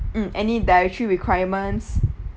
mm any dietary requirements